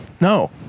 No